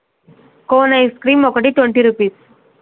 cone ice cream ఒకటి twenty rupees